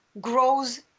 grows